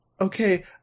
okay